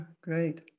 Great